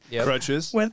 crutches